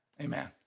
Amen